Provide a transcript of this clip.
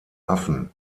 affen